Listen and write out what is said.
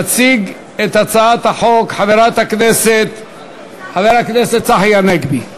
יציג את הצעת החוק חבר הכנסת צחי הנגבי,